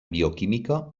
bioquímica